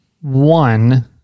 one